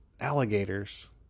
alligators